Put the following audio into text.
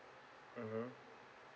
mmhmm